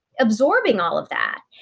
absorbing all of that.